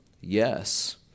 Yes